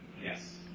Yes